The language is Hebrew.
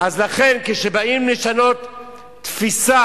אז לכן, כשבאים לשנות תפיסה,